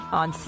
on